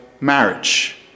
marriage